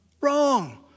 Wrong